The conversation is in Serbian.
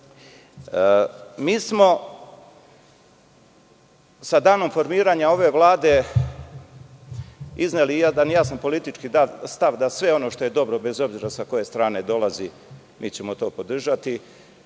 smo sa danom formiranja ove vlade izneli jedan jasan politički stav da sve ono što je dobro, bez obzira sa koje strane dolazi, mi ćemo to podržati. Čini